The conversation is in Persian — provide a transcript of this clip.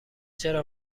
چرا